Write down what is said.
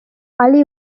ali